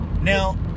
Now